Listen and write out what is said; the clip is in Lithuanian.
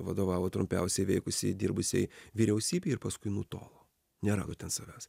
vadovavo trumpiausiai įveikusiai dirbusiai vyriausybei ir paskui nutolo nerado ten savęs